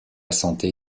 santé